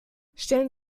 stellen